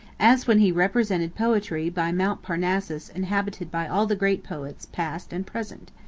as when he represented poetry by mount parnassus inhabited by all the great poets past and present.